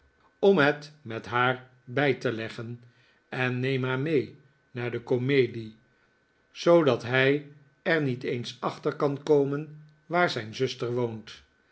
om het met haar bij te leggn en neem haar mee naar de komedie zoodat hij er niet eens achter kan komen waar zijn zuster woont